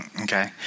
Okay